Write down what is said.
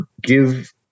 give